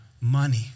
money